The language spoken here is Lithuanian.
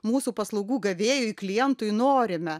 mūsų paslaugų gavėjui klientui norime